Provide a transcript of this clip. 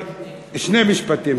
שני משפטים.